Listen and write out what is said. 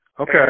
Okay